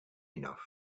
enough